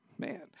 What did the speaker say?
Man